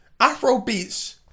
Afrobeats